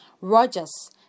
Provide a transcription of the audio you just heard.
Rogers